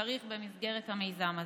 לכריך במסגרת המיזם הזה.